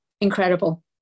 Incredible